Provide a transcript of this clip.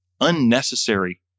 unnecessary